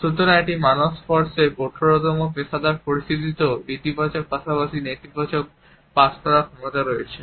সুতরাং একটি মানব স্পর্শে কঠোরতম পেশাদার পরিস্থিতিতেও ইতিবাচকতার পাশাপাশি নেতিবাচকতা পাস করার ক্ষমতা রয়েছে